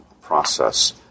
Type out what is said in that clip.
process